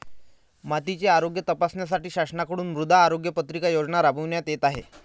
मातीचे आरोग्य तपासण्यासाठी शासनाकडून मृदा आरोग्य पत्रिका योजना राबविण्यात येत आहे